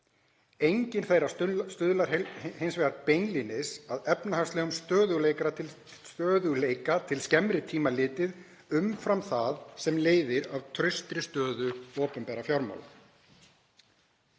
Engin þeirra stuðlar hins vegar beinlínis að efnahagslegum stöðugleika til skemmri tíma litið umfram það sem leiðir af traustri stöðu opinberra fjármála.